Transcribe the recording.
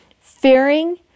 fearing